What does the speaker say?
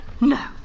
No